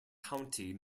county